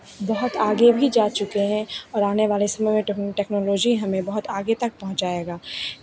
बहुत आगे भी जा चुके हैं और आने वाले समय में टेक्नो टेक्नोलॉजी हमें बहुत आगे तक पहुँचाएगा